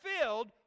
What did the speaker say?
filled